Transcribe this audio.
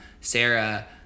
Sarah